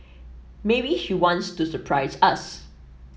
maybe she wants to surprise us